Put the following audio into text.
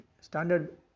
standard